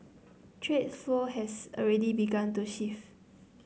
trade flows has already begun to shift